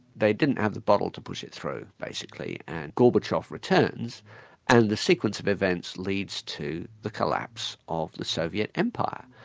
they didn't have the bottle to push it through, basically, and gorbachev returns and the sequence of events leads to the collapse of the soviet empire.